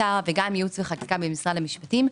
באוצר וגם עם ייעוץ וחקיקה במשרד המשפטים.